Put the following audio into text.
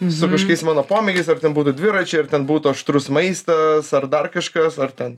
su kažkokiais mano pomėgiais ar ten būtų dviračiai ir ten būtų aštrus maistas ar dar kažkas ar ten